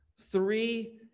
three